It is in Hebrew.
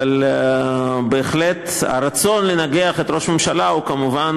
אבל בהחלט הרצון לנגח את ראש הממשלה כמובן